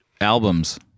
albums